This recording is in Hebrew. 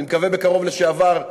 אני מקווה בקרוב לשעבר,